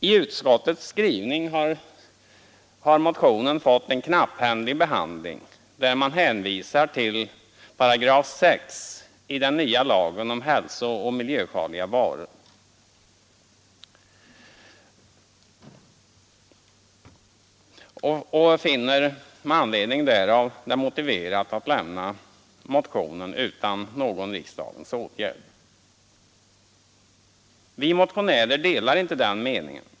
I utskottets skrivning har motionen fått en knapphändig behandling. Med hänvisning till 6 § i lagförslaget om hälsooch miljöfarliga varor finner utskottet det motiverat att riksdagen lämnar motionen utan åtgärd. Vi motionärer delar inte den meningen.